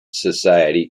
society